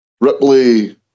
Ripley